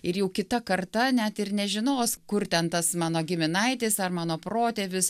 ir jau kita karta net ir nežinos kur ten tas mano giminaitis ar mano protėvis